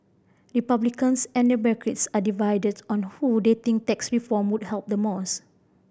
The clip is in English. Republicans and Democrats are divided on who they think tax reform would help the most